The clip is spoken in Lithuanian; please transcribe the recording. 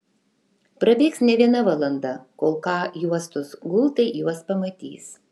prabėgs ne viena valanda kol k juostos gultai juos pamatys